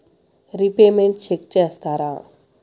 Repayments check చేస్తారా?